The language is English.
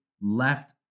left